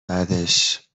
بعدش